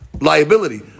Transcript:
liability